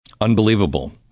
unbelievable